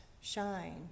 shine